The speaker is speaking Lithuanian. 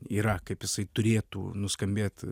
yra kaip jisai turėtų nuskambėt